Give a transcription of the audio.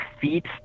feet